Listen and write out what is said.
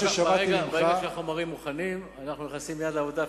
ברגע שהחומרים מוכנים אנחנו נכנסים מייד לעבודה,